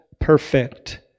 perfect